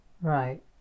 Right